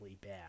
bad